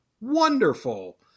wonderful